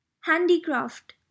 handicraft